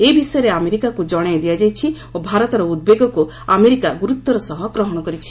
ଏ ବିଷୟରେ ଆମେରିକାକ୍ ଜଣାଇ ଦିଆଯାଇଛି ଓ ଭାରତର ଉଦ୍ବେଗକୁ ଆମେରିକା ଗୁରୁତ୍ୱର ସହ ଗ୍ରହଣ କରିଛି